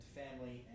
family